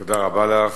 תודה רבה לך.